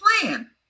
plan